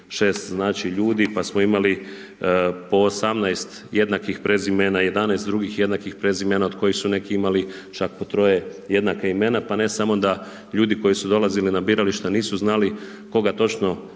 ljudi, pa smo imali po 18 jednakih prezimena, 11 drugih jednakih prezimena, od kojih su neki imali čak po troje jednaka imena, pa ne samo da ljudi koji su dolazili na birališta nisu znali koga točno